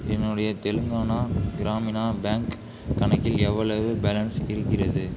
என்னுடைய தெலுங்கானா கிராமினா பேங்க் கணக்கில் எவ்வளவு பேலன்ஸ் இருக்கிறது